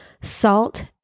salt